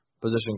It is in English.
position